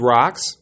rocks